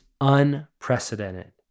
unprecedented